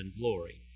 glory